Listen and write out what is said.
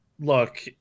look